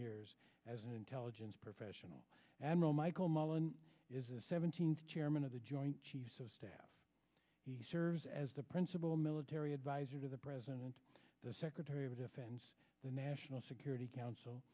years as an intelligence professional admiral michael mullen is a seventeenth chairman of the joint chiefs of staff he serves as the principal military advisor to the president the secretary of defense the national security council